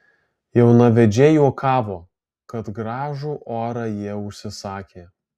jaunavedžiai juokavo kad gražų orą jie užsisakę